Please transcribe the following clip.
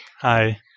Hi